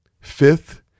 Fifth